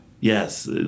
Yes